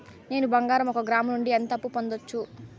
నేను బంగారం ఒక గ్రాము నుంచి ఎంత అప్పు పొందొచ్చు